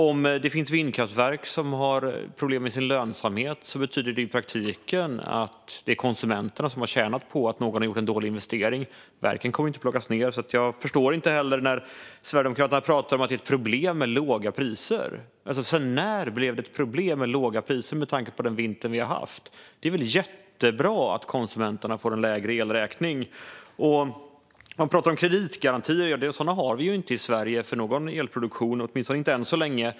Om det finns vindkraftverk som har problem med sin lönsamhet betyder det i praktiken att det är konsumenterna som har tjänat på att någon har gjort en dålig investering. Verken kommer inte att plockas ned. Så jag förstår inte när Sverigedemokraterna pratar om att det är ett problem med låga priser. Sedan när är låga priser ett problem, med tanke på den vinter vi har haft? Det är väl jättebra att konsumenterna får en lägre elräkning. Man pratar om kreditgarantier. Sådana har vi inte i Sverige för någon elproduktion, åtminstone inte än så länge.